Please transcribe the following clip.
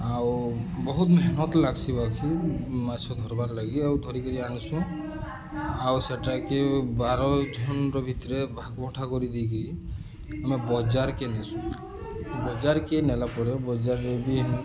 ଆଉ ବହୁତ୍ ମେହନତ୍ ଲାଗ୍ସି ବାକି ମାଛ ଧର୍ବାର୍ ଲାଗି ଆଉ ଧରିକିରି ଆନ୍ସୁଁ ଆଉ ସେଟାକେ ବାର ଝନ୍ର ଭିତ୍ରେ ଭାଗ୍ବଟା କରି ଦେଇକିରି ଆମେ ବଜାର୍କେ ନେସୁଁ ବଜାର୍କେ ନେଲା ପରେ ବଜାର୍ରେ ବି